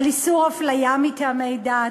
על איסור הפליה מטעמי דת,